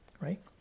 Right